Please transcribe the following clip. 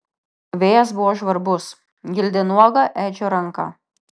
vėjas buvo žvarbus gildė nuogą edžio ranką